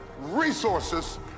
resources